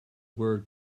word